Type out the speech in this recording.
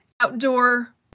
outdoor